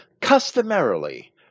Customarily